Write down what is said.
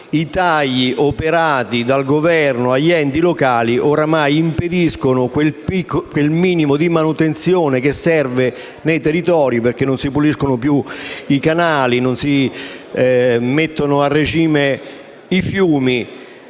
i tagli operati dal Governo agli enti locali oramai impediscono quel minimo di manutenzione che serve nei territori, perché non si puliscono più i canali, non si mettono a regime i fiumi